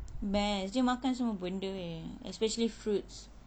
best dia makan semua benda especially fruits